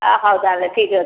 ଅ ହଉ ତାହାଲେ ଠିକ୍ ଅଛି